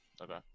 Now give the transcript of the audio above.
Okay